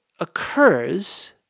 occurs